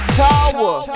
tower